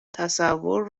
تصور